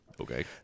Okay